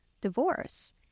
divorce